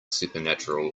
supernatural